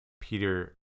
peter